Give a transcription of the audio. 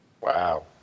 Wow